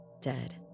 dead